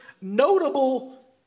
notable